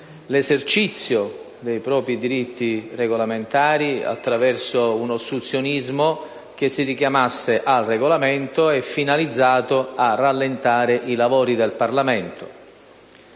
l'esercizio dei propri diritti regolamentari, attraverso un ostruzionismo che si richiamasse al Regolamento, finalizzato a rallentare i lavori del Parlamento.